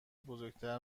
بزرگتر